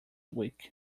week